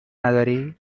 نداری